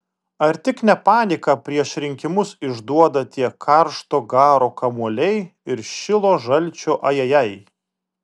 ar tik ne paniką prieš rinkimus išduoda tie karšto garo kamuoliai ir šilo žalčio ajajai